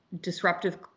disruptive